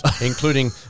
including